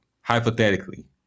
hypothetically